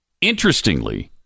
interestingly